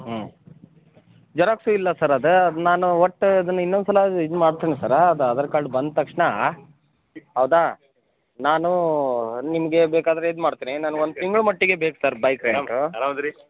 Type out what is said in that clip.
ಹ್ಞೂ ಜೆರಾಕ್ಸೂ ಇಲ್ಲ ಸರ್ ಅದು ಅದು ನಾನು ಒಟ್ಟು ಅದನ್ನ ಇನ್ನೊಂದು ಸಲ ಇದು ಮಾಡ್ತೀನಿ ಸರ್ ಅದು ಆಧಾರ್ ಕಾರ್ಡ್ ಬಂದ ತಕ್ಷಣ ಹೌದಾ ನಾನು ನಿಮಗೆ ಬೇಕಾದರೆ ಇದು ಮಾಡ್ತೀನಿ ನನ್ಗೆ ಒಂದು ತಿಂಗಳ ಮಟ್ಟಿಗೆ ಬೇಕು ಸರ್ ಬೈಕ್ ರೆಂಟು